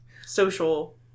social